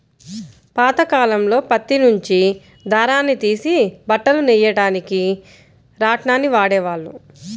పాతకాలంలో పత్తి నుంచి దారాన్ని తీసి బట్టలు నెయ్యడానికి రాట్నాన్ని వాడేవాళ్ళు